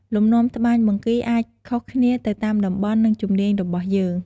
លំនាំត្បាញបង្គីអាចខុសគ្នាទៅតាមតំបន់ និងជំនាញរបស់ជាង។